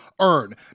Earn